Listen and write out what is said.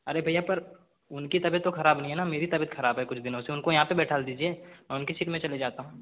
अरे भैया पर उनकी तबियत तो खराब नहीं है न मेरी तबियत खराब है कुछ दिनों से उनको यहाँ पे बैठा दीजिए मैं उनकी सीट में चले जाता हूँ